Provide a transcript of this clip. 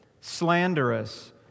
slanderous